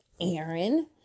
Aaron